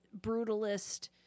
brutalist